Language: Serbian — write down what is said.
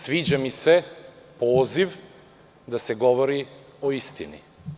Sviđa i se poziv da se govori o istini.